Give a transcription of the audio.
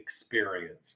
experience